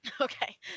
Okay